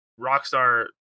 Rockstar